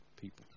people